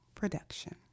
production